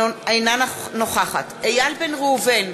אינה נוכחת איל בן ראובן,